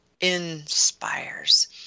inspires